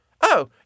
Oh